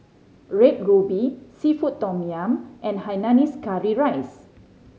Red Ruby seafood tom yum and hainanese curry rice